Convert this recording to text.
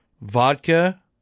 vodka